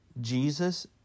Jesus